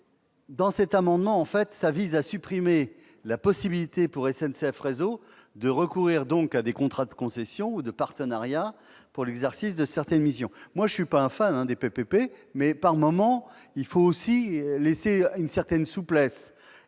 PPP. Cet amendement vise à supprimer la possibilité pour SNCF Réseau de recourir à des contrats de concession ou de partenariat pour l'exercice de certaines missions. Personnellement, je ne suis pas un « fan » des PPP, mais je pense qu'il faut par moments laisser une certaine souplesse.